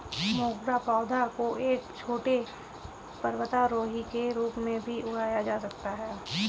मोगरा पौधा को एक छोटे पर्वतारोही के रूप में भी उगाया जा सकता है